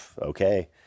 okay